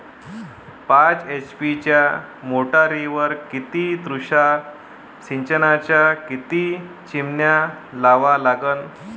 पाच एच.पी च्या मोटारीवर किती तुषार सिंचनाच्या किती चिमन्या लावा लागन?